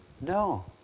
No